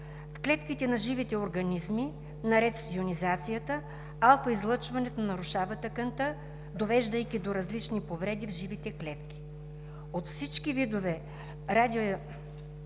клетките на живите организми, наред с йонизацията, алфа-излъчването разрушава тъканта, довеждайки до различни повреди в живите клетки. От всичките видове радиационно